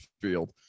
field